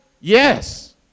Yes